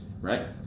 right